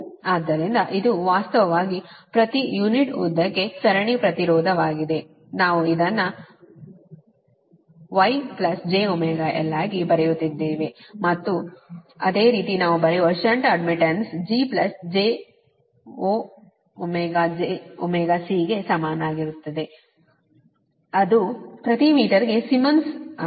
ಆದ್ದರಿಂದ ಇದು ವಾಸ್ತವವಾಗಿ ಪ್ರತಿ ಯುನಿಟ್ ಉದ್ದಕ್ಕೆ ಸರಣಿ ಪ್ರತಿರೋಧವಾಗಿದೆ ನಾವು ಇದನ್ನು γ jωL ಆಗಿ ಬರೆಯುತ್ತಿದ್ದೇವೆ ಮತ್ತು ಅದೇ ರೀತಿ ನಾವು ಬರೆಯುವ shunt admittance G plus j o jωC ಗೆ ಸಮಾನವಾಗಿರುತ್ತದೆ ಅದು ಪ್ರತಿ ಮೀಟರ್ಗೆ ಸೀಮೆನ್ಸ್ ಆಗಿದೆ